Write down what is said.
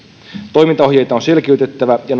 toimintaohjeita on selkiytettävä ja